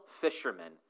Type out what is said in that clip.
fishermen